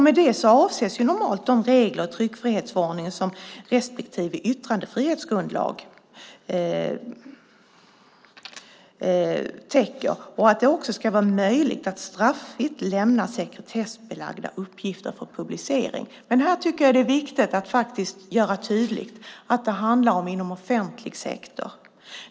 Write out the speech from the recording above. Med det avses normalt de regler i tryckfrihetsförordningen som respektive yttrandefrihetsgrundlag täcker och att det också ska vara möjligt att straffritt lämna sekretessbelagda uppgifter för publicering. Men här tycker jag att det är viktigt att faktiskt göra tydligt att det handlar om offentlig sektor.